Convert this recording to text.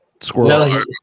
Squirrel